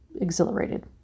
exhilarated